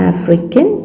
African